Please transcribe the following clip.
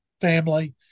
family